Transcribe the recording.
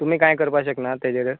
तुमी कांय करपाक शकनात तेजेर